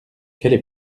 qu’elle